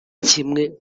kimwe